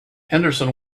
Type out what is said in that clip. henderson